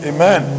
Amen